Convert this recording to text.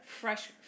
fresh